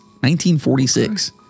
1946